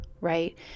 right